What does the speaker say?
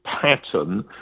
pattern